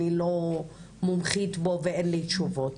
אני לא מומחית בו ואין לי תשובות.